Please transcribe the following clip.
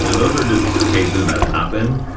you know those are just cases that happen,